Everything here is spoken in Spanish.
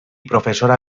profesora